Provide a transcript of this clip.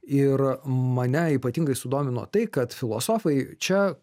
ir mane ypatingai sudomino tai kad filosofai čia